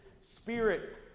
Spirit